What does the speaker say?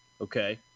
Okay